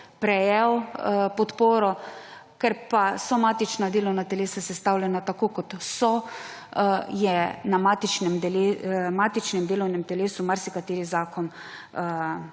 prejel podporo, ker pa so matična delovna telesa sestavljena tako, kot so, je na matičnem delovnem telesu marsikateri zakon